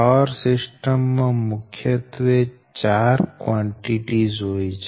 power system માં મુખ્યત્વે ચાર કવાંટીટીઝ હોય છે